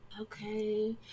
okay